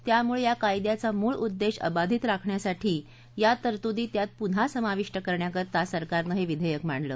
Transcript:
त्यामुळे या कायद्याचा मूळ उद्देश अबाधित राखण्यासाठी या तरतूदी त्यात पुन्हा समाविष्ट करण्याकरता सरकारनं हे विधेयक मांडलं